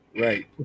right